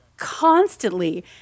constantly